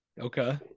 okay